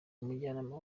umujyanama